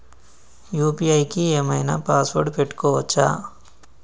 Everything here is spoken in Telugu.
యూ.పీ.ఐ కి ఏం ఐనా పాస్వర్డ్ పెట్టుకోవచ్చా?